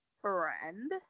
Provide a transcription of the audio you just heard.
friend